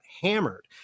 hammered